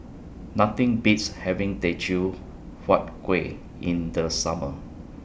Nothing Beats having Teochew Huat Kuih in The Summer